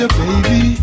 baby